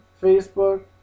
Facebook